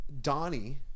Donnie